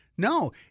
No